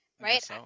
right